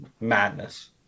madness